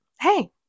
Hey